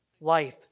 life